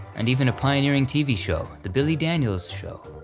and even a pioneering tv show, the billy daniel's show.